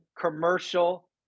commercial